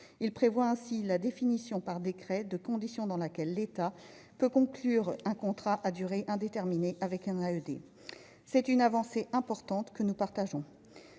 Il prévoit ainsi la définition par décret des conditions dans lesquelles l'État peut conclure un contrat à durée indéterminée avec un assistant d'éducation (AED). C'est une avancée importante que nous approuvons.